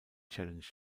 challenge